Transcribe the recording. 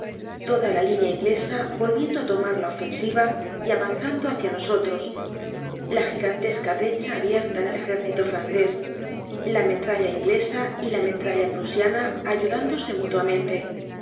toda la línea inglesa volviendo á tomar la ofensiva y avanzando hácia nosotros la gigantesca brecha abierta en el ejército francés la metralla inglesa y la metralla prusiana ayudándose mutuamente